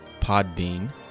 Podbean